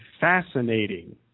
fascinating